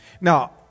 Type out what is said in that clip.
Now